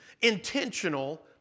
intentional